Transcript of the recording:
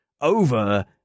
over